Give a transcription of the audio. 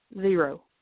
zero